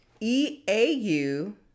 e-a-u